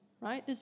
right